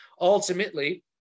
Ultimately